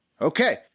Okay